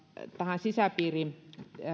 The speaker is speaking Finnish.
tähän sisäpiirikohtaan